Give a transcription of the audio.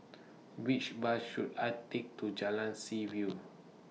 Which Bus should I Take to Jalan Seaview